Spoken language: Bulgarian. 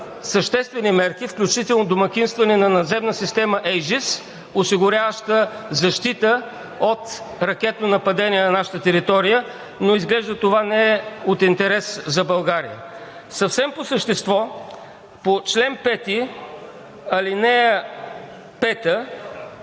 съществени мерки, включително домакинстване на наземна система eGISS, осигуряваща защита от ракетно нападение на нашата територия, но изглежда това не е от интерес за България. Съвсем по същество. В чл. 5, ал. 5